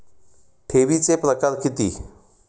ठेवीचे प्रकार किती?